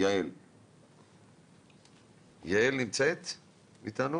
יעל נמצאת איתנו?